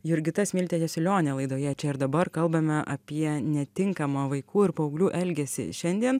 jurgita smiltė jasiulionė laidoje čia ir dabar kalbame apie netinkamą vaikų ir paauglių elgesį šiandien